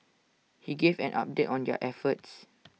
he gave an update on their efforts